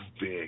big